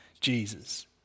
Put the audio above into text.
Jesus